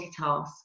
multitask